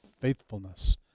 faithfulness